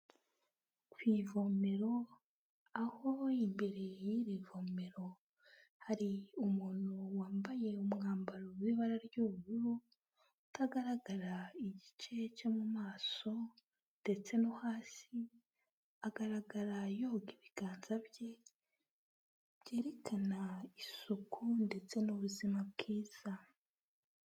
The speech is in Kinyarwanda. Ku ivomero aho imbere y'iri vomero hari umuntu wambaye umwambaro w'ibara ry'ubururu, utagaragara igice cyo mu maso ndetse no hasi, agaragara yoga ibiganza bye byerekana isuku ndetse n'ubuzima bwiza.